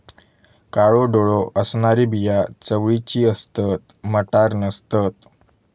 काळो डोळो असणारी बिया चवळीची असतत, मटार नसतत